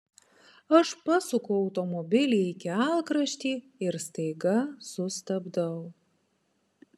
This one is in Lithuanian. aš pasuku automobilį į kelkraštį ir staiga sustabdau